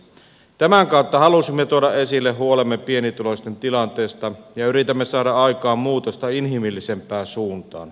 tämän kautta halusimme tuoda esille huolemme pienituloisten tilanteesta ja yritämme saada aikaan muutosta inhimillisempään suuntaan